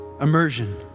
immersion